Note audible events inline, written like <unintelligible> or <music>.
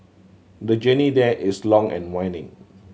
the journey there is long and <unintelligible>